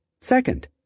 Second